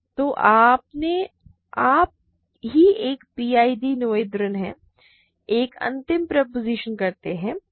तो अपने आप ही एक पीआईडी नोथेरियन है एक अंतिम प्रोपोज़िशन करते है